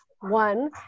One